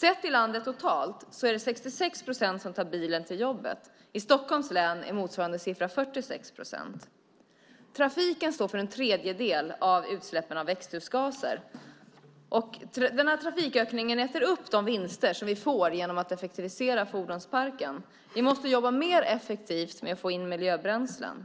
Sett till landet som helhet är det 66 procent som tar bilen till jobbet. I Stockholms län är motsvarande siffra 46 procent. Trafiken står för en tredjedel av utsläppen av växthusgaser. Trafikökningen äter upp de vinster vi får genom att effektivisera fordonsparken. Vi måste jobba mer effektivt med att få in miljöbränslen.